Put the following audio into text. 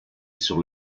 sur